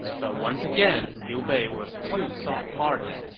but once again, liu bei was too soft-hearted.